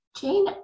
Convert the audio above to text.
Jane